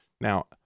Now